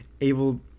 able